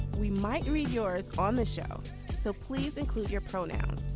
we might read yours on this show so please include your pronouns.